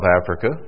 Africa